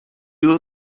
you